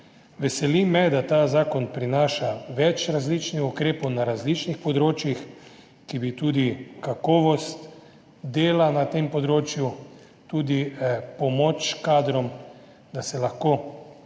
Veseli me, da ta zakon prinaša več različnih ukrepov na različnih področjih, tudi za kakovost dela na tem področju, tudi pomoč kadrom, da se lahko